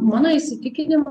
mano įsitikinimu